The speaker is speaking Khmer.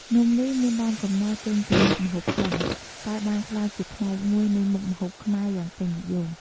នំនេះមានដើមកំណើតចេញពីមុខម្ហូបចិន តែបានក្លាយជាផ្នែកមួយនៃមុខម្ហូបខ្មែរយ៉ាងពេញនិយម។